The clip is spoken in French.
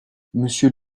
monsieur